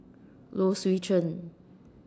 Low Swee Chen